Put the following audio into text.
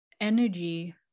energy